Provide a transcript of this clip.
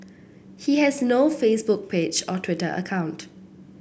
he has no Facebook page or Twitter account